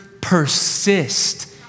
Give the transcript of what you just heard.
persist